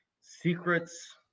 Secrets